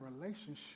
relationship